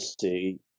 see